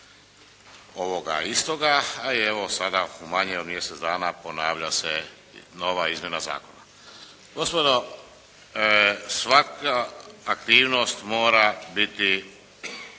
ovoga istoga, a evo sada u manje od mjesec dana ponavlja se nova Izmjena zakona. Gospodo svaka aktivnost mora biti